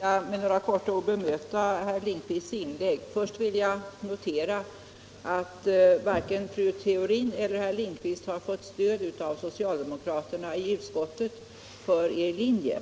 Herr talman! Jag skulle helt kort vilja bemöta herr Lindkvists inlägg. Först noterar jag att varken fru Theorin eller herr Lindkvist fått stöd av socialdemokraterna i utskottet för sin linje.